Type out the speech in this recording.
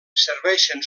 serveixen